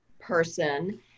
person